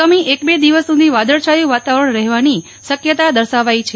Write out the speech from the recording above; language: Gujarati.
આગામી એક બે દિવસ સુધી વાદળછાયું વાતાવરણ રહેવાની શક્યતા રહેલી છે